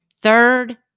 Third